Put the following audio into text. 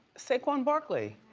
saquon barkley.